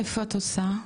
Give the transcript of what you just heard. איפה את עושה?